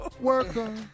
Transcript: worker